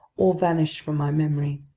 all vanished from my memory.